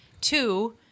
two